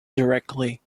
directly